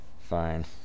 fine